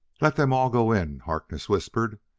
let them all go in, harkness whispered.